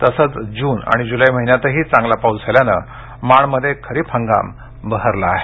तसंच जून आणि जुलै महिन्यामध्येही चांगला पाऊस झाल्याने माणमध्ये खरीप हगाम बहरला आहे